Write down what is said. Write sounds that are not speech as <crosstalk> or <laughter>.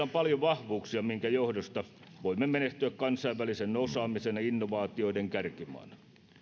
<unintelligible> on paljon vahvuuksia minkä johdosta voimme menestyä kansainvälisen osaamisen ja innovaatioiden kärkimaana